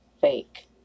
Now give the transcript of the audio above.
Fake